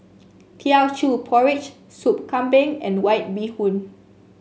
Teochew Porridge Soup Kambing and White Bee Hoon